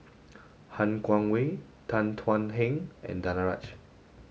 Han Guangwei Tan Thuan Heng and Danaraj